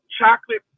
chocolate